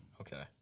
Okay